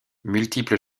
multiple